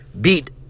beat